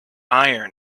iron